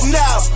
now